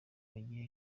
bagiye